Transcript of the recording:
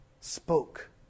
spoke